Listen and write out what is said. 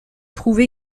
trouve